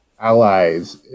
allies